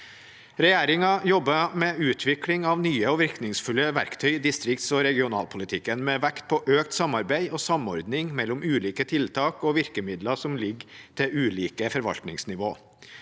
Regjeringen jobber med utvikling av nye og virkningsfulle verktøy i distrikts- og regionalpolitikken, med vekt på økt samarbeid og samordning mellom ulike tiltak og virkemidler som ligger til ulike forvaltningsnivå.